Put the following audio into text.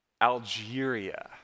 Algeria